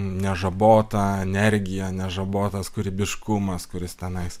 nežabota energija nežabotas kūrybiškumas kuris tenais